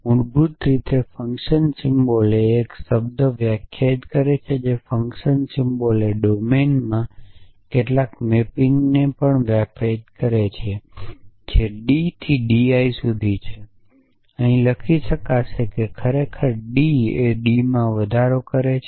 મૂળભૂત રીતે function symbol એ એક શબ્દ વ્યાખ્યાયિત કરે છે જે ફંક્શન સિમ્બોલ એ ડોમેનમાં કેટલાક મેપિંગને પણ વ્યાખ્યાયિત કરે છે જે ડી થી ડીઆઈ સુધી છે અહીં લખી શકશે ખરેખર ડી તેને ડીમાં વધારો કરે છે